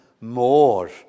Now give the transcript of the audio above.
more